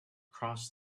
crossed